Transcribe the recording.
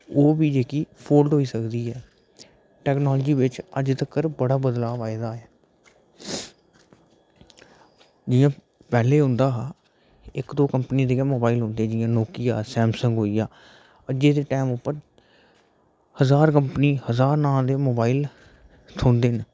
ओह्बी जेह्की फोल्ड होई सकदी ऐ टेक्नोलॉज़ी बिच अज्ज तगर बड़ा बदलाव आए दा ऐ जियां पैह्लें होंदा हा कि इक दौं कंपनी दे गै मोबाईल होंदे जियां नोकिया सैमसंग होइया अज्जै दे टाईम उप्पर हजार कंपनी हजार टाईप दे मोबाईल थ्होंदे न